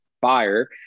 fire